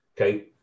Okay